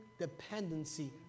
dependency